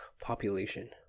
population